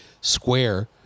square